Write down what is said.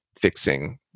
fixing